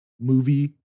movie